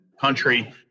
country